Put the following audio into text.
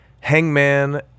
Hangman